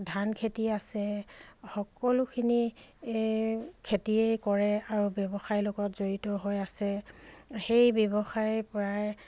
ধান খেতি আছে সকলোখিনি খেতিয়েই কৰে আৰু ব্যৱসায়ৰ লগত জড়িত হৈ আছে সেই ব্যৱসায়ৰ পৰাই